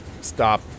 stop